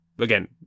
again